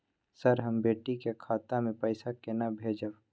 Sir, हम बेटी के खाता मे पैसा केना भेजब?